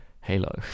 Halo